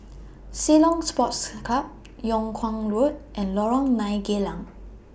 Ceylon Sports Club Yung Kuang Road and Lorong nine Geylang